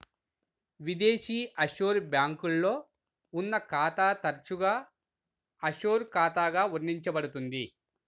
విదేశీ ఆఫ్షోర్ బ్యాంక్లో ఉన్న ఖాతా తరచుగా ఆఫ్షోర్ ఖాతాగా వర్ణించబడుతుంది